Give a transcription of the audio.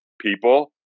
People